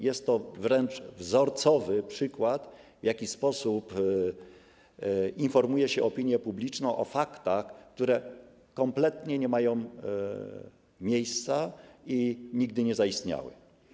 Jest to wręcz wzorcowy przykład pokazujący, w jaki sposób informuje się opinię publiczną o faktach, które kompletnie nie mają miejsca i nigdy nie zaistniały.